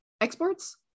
exports